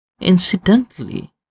incidentally